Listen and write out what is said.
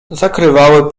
zakrywały